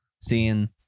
seeing